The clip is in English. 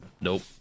nope